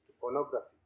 pornography